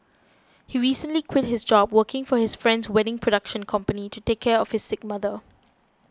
he recently quit his job working for his friend's wedding production company to take care of his sick mother